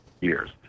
years